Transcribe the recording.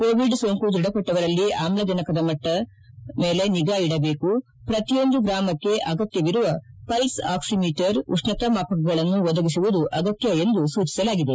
Covid ಸೋಂಕು ದೃಢಪಟ್ಟವರಲ್ಲಿ ಆಮ್ಲಜನಕ ಮಟ್ಟದ ಮೇಲೆ ನಿಗ ಇಡಬೇಕು ಪ್ರತಿಯೊಂದು ಗ್ರಾಮಕ್ಕೆ ಅಗತ್ಯವಿರುವ ಪಲ್ಲ್ ಆಕ್ಸಿಮೀಟರ್ ಉಷ್ಣತಾಮಾಪಕಗಳನ್ನು ಒದಗಿಸುವುದು ಅಗತ್ನ ಎಂದು ಸೂಚಿಸಲಾಗಿದೆ